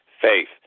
Faith